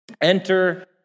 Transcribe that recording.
Enter